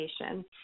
education